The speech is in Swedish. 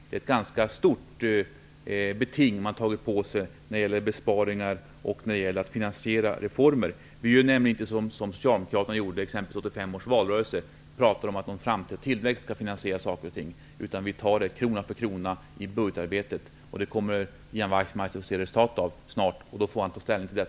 Vi har tagit på oss ett stort beting i fråga om besparingar och finansiering av reformer. Vi gör nämligen inte som t.ex. socialdemokraterna gjorde i 1985 års valrörelse. De pratade om att en framtida tillväxt skulle finansiera saker och ting. Vi tar det hela krona för krona i budgetarbetet. Det kommer Ian Wachtmeister att få se resultatet av snart. Då får han ta ställning till det.